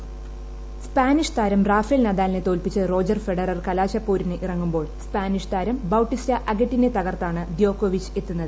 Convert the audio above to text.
voice Spanish താരം Rafael നദാലിനെ തോൽപ്പിച്ച് റോജർ ഫെഡറർ കലാശപോരിന് ഇറങ്ങുമ്പോൾ സ്പാനിഷ് താരം ബൌട്ടിസ്റ്റാ അഗട്ടിനെ തകർത്താണ് ദ്യോക്കോവിച്ച് എത്തുന്നത്